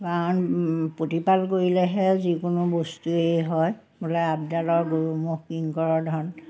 কাৰণ প্ৰতিপাল কৰিলেহে যিকোনো বস্তুৱেই হয় বোলে আপডালৰ গৰু ম'হ কিংকৰৰ ধন